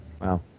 Wow